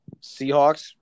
Seahawks